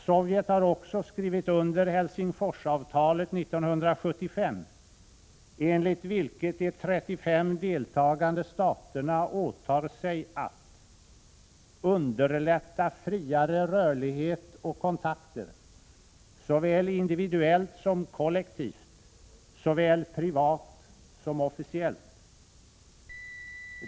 Sovjet har också skrivit under Helsingforsavtalet 1975, enligt vilket de 35 deltagande staterna åtar sig att ”underlätta friare rörlighet och kontakter, såväl individuellt som kollektivt, såväl privat som officiellt ——-”.